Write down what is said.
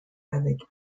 avec